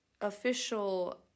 official